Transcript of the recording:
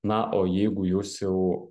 na o jeigu jūs jau